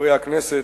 חברי הכנסת,